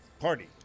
party